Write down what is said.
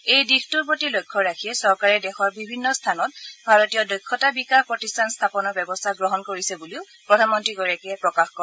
এই দিশটোৰ প্ৰতি লক্ষ্য ৰাখিয়েই চৰকাৰে দেশৰ বিভিন্ন স্থানত ভাৰতীয় দক্ষতা বিকাশ প্ৰতিষ্ঠান স্থাপনৰ ব্যৱস্থা গ্ৰহণ কৰিছে বুলিও প্ৰধানমন্ত্ৰীয়ে প্ৰকাশ কৰে